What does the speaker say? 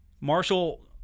Marshall –